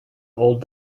old